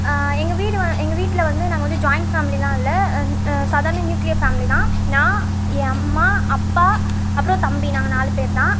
எங்கள் வீடு வ எங்கள் வீட்டில் வந்து நாங்கள் வந்து ஜாயிண்ட் ஃபேமிலிலலாம் இல்லை சாதாரண நியூக்ளியர் ஃபேமிலி தான் நான் என் அம்மா அப்பா அப்புறம் தம்பி நாங்கள் நாலு பேர் தான்